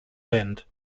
band